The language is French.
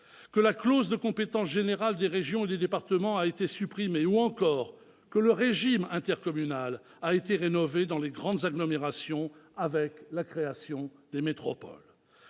que la clause de compétence générale des régions et des départements a été supprimée et que le régime intercommunal a été rénové dans les grandes agglomérations avec la création des métropoles.